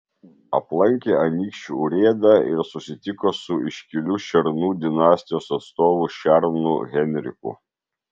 aplankė anykščių urėdą ir susitiko su iškiliu šernų dinastijos atstovu šernu henriku